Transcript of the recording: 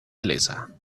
elisa